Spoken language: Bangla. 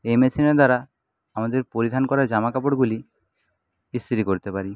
এই মেশিনের দ্বারা আমাদের পরিধান করা জামাকাপড়গুলি ইস্ত্রি করতে পারি